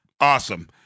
Awesome